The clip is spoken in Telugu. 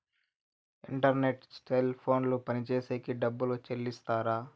ఇంటర్నెట్టు సెల్ ఫోన్లు పనిచేసేకి డబ్బులు చెల్లిస్తారు